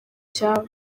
cyabo